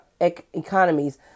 economies